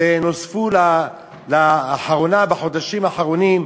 שנוספו לאחרונה, בחודשים האחרונים,